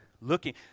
looking